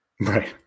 Right